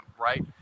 right